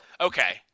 Okay